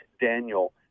Daniel